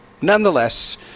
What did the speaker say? Nonetheless